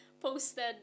posted